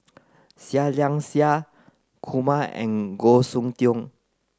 Seah Liang Seah Kumar and Goh Soon Tioe